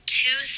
two